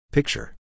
Picture